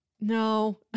No